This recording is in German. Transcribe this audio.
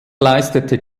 leistete